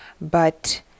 but